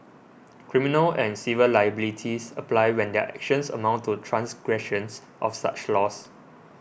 criminal and civil liabilities apply when their actions amount to transgressions of such laws